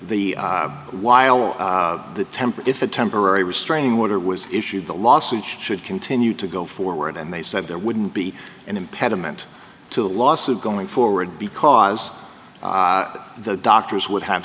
the while the template if a temporary restraining order was issued the lawsuits should continue to go forward and they said there wouldn't be an impediment to a lawsuit going forward because the doctors would have